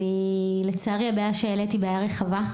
לצערי הבעיה שהעלית היא בעיה רחבה,